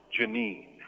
Janine